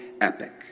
epic